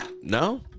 No